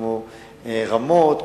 כמו רמות,